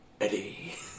Eddie